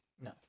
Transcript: No